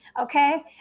Okay